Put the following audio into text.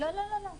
לא, לא.